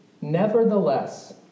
Nevertheless